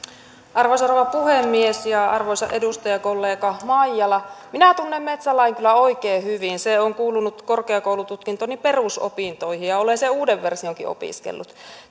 arvoisa rouva puhemies arvoisa edustajakollega maijala minä tunnen metsälain kyllä oikein hyvin se on kuulunut korkeakoulututkintoni perusopintoihin ja olen sen uuden versionkin opiskellut